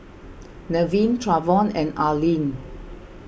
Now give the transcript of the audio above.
Nevin Travon and Arlene